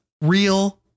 real